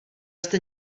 jste